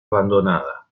abandonada